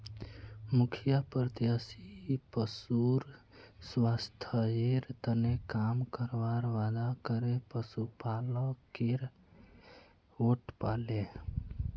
मुखिया प्रत्याशी पशुर स्वास्थ्येर तने काम करवार वादा करे पशुपालकेर वोट पाले